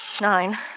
Nine